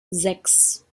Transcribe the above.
sechs